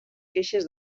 queixes